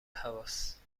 هواست